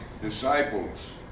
disciples